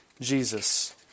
Jesus